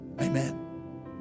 Amen